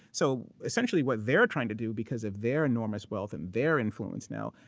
so, essentially, what they're trying to do, because of their enormous wealth and their influence now,